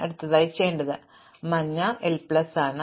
അതിനാൽ തുടക്കത്തിൽ മഞ്ഞ എൽ പ്ലസ് 1 ആണ്